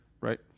right